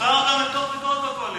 מותר גם למתוח ביקורת בקואליציה.